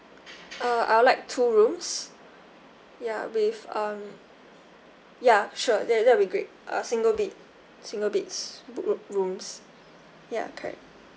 uh I would like two rooms ya with um ya sure that that will be great a single bed single beds bo~ rooms ya correct